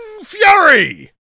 Fury